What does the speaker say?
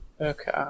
okay